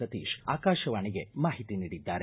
ಸತೀಶ್ ಆಕಾಶವಾಣಿಗೆ ಮಾಹಿತಿ ನೀಡಿದ್ದಾರೆ